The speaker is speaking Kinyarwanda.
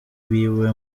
biwe